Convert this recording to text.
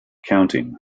counting